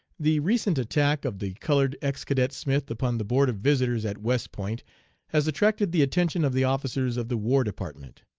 the recent attack of the colored, ex-cadet smith upon the board of visitors at west point has attracted the attention of the officers of the war department.